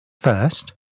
First